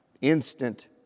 Instant